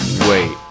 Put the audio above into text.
Wait